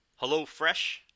HelloFresh